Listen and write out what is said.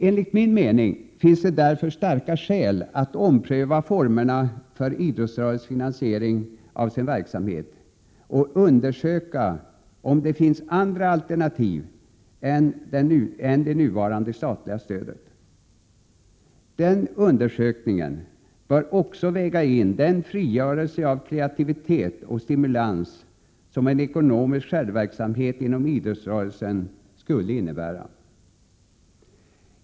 Enligt min mening finns det därför starka skäl att ompröva formerna för idrottsrörelsens finansiering av sin verksamhet och undersöka om det finns alternativ till det nuvarande statliga stödet. Den undersökningen bör också väga in den frigörelse av kreativitet och stimulans som en ekonomisk självverksamhet inom idrottsrörelsen skulle innebära.